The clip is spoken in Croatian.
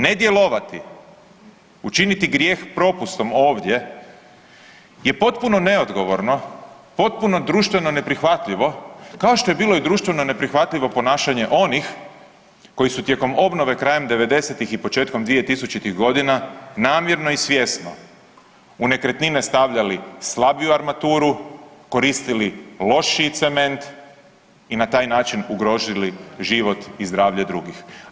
Ne djelovati učiniti grijeh propustom ovdje je potpuno neodgovorno, potpuno društveno neprihvatljivo kao što je bilo i društveno neprihvatljivo ponašanje onih koji su tijekom obnove krajem 90-ih i početkom 2000-ih godina namjerno i svjesno u nekretnine stavljali slabiju armaturu, koristili lošiji cement i na taj način ugrozili život i zdravlje drugih.